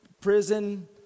prison